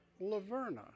Laverna